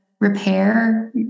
repair